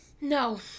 no